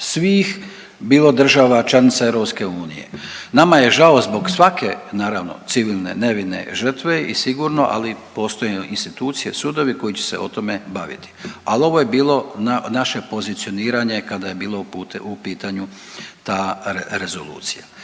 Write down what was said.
svih bilo država članica EU. Nama je žao zbog svake naravno civilne nevine žrtve i sigurno ali postoje institucije, sudovi koji će se o tome baviti, al ovo je bilo naše pozicioniranje kada je bilo u pitanju ta rezolucija